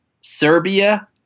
Serbia